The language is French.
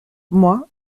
moi